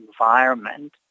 environment